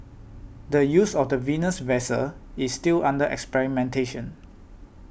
the use of the Venus vessel is still under experimentation